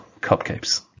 cupcakes